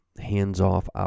hands-off